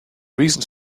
reasons